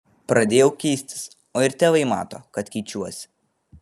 pradėjau keistis o ir tėvai mato kad keičiuosi